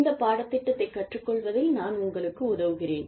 இந்த பாடத்திட்டத்தை கற்றுக்கொள்வதில் நான் உங்களுக்கு உதவுகிறேன்